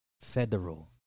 Federal